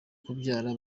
kubyara